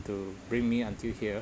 to bring me until here